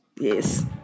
Yes